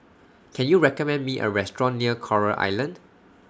Can YOU recommend Me A Restaurant near Coral Island